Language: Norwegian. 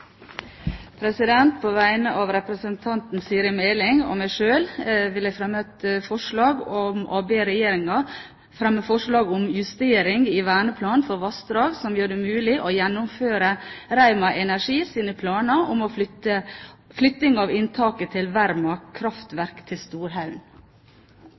På vegne av representanten Siri A. Meling og meg sjøl vil jeg fremme et forslag om justeringer i Verneplan for vassdrag som gjør det mulig å gjennomføre Rauma Energi sine planer om flytting av inntaket til Verma